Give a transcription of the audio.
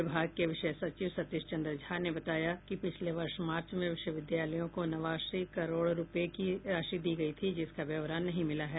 विभाग के विशेष सचिव सतीश चंद्र झा ने बताया कि पिछले वर्ष मार्च में विश्वविद्यालयों को नवासी करोड़ रूपये की राशि दी गयी थी जिसका ब्यौरा नहीं मिला है